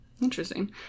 Interesting